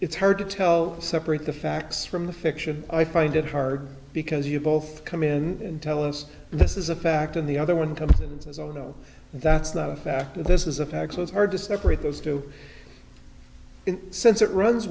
it's hard to tell separate the facts from the fiction i find it hard because you both come in tell us this is a fact and the other one comes and says oh no that's not a fact this is a fact so it's hard to separate those too since it runs